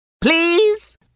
Please